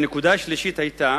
הנקודה השלישית היתה